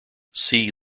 see